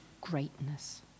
greatness